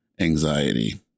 anxiety